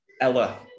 Ella